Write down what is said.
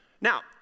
Now